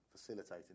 Facilitating